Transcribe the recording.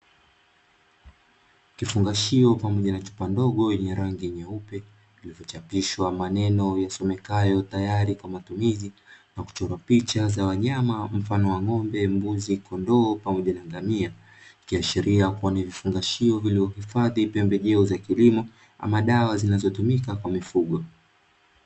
Kifungashio pamoja na chupa ndogo yenye rangi nyeupe, vilivyochapishwa maneno yasomekayo “Tayari kwa matumizi” na kuchorwa picha za wanyama mfano wa: ng’ombe, mbuzi, kondoo pamoja na ngamia, ikiashiria kuwa ni vifungashio vilivyohifadhi pembejeo za kilimo ama dawa zinazotumika kwa mifugo.